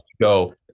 go